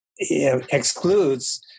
excludes